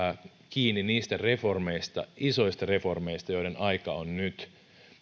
kiinni niistä isoista reformeista joiden aika on nyt